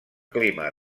clima